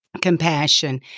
compassion